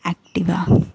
Activa